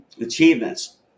achievements